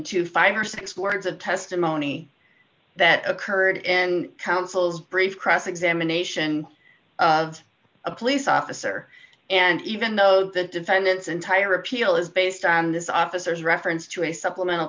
to five or six words of testimony that occurred in counsel's brief cross examination of a police officer and even though the defendant's entire appeal is based on this officers reference to a supplemental